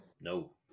No